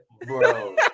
Bro